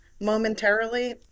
momentarily